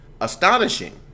astonishing